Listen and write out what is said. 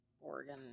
Oregon